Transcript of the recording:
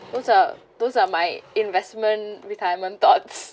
those are those are my investment retirement thoughts